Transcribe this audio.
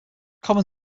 common